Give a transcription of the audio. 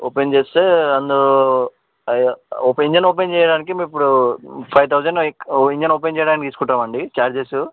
open చేస్తే and open engine open చేయడానికి మేము ఇప్పుడు ఫైవ్ తౌసండ్ ఇంజిన్ ఓపెన్ చేయడానికి తీసుకుంటామండి చార్జెస్